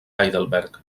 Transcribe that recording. heidelberg